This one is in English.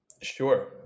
Sure